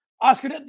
Oscar